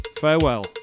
farewell